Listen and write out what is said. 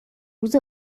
روز